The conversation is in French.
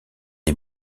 des